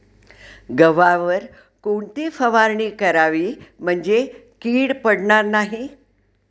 गव्हावर कोणती फवारणी करावी म्हणजे कीड पडणार नाही?